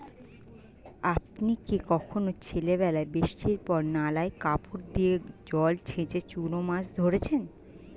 আপনি কি কখনও ছেলেবেলায় বৃষ্টির পর নালায় কাপড় দিয়ে জল ছেঁচে চুনো মাছ ধরেছেন?